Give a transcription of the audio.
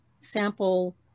sample